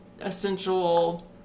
essential